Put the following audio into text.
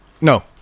No